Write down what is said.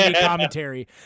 commentary